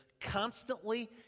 constantly